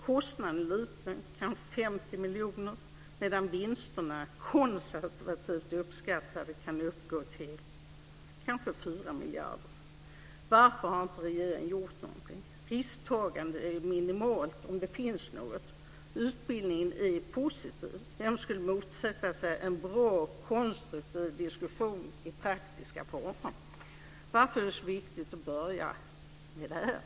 Kostnaden är liten - kanske 50 miljoner - medan vinsterna konservativt uppskattade kan uppgå till kanske 4 miljarder. Varför har inte regeringen gjort någonting? Risktagandet är minimalt, om det finns något. Utbildning är positivt. Vem skulle motsätta sig en bra och konstruktiv diskussion i praktiska former? Varför är det så viktigt att börja med det här?